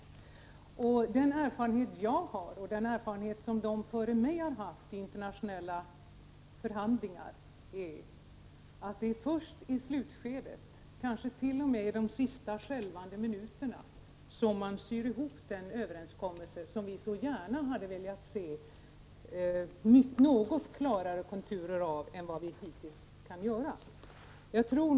Den erfarenhet som jag har och som de före mig har haft i internationella förhandlingar är att det är först i slutskedet, kanske t.o.m. i de sista skälvande minuterna, som man syr ihop den överenskommelse som vi så gärna hade velat se klarare konturer av än vad vi hittills har kunnat göra.